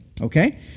Okay